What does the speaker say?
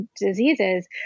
diseases